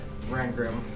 Rangrim